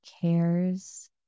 cares